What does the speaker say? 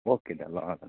okay दा ल